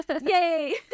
Yay